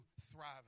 thriving